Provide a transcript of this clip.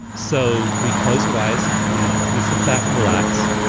so we close our eyes, we we sit back and relax,